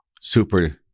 super